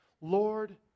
Lord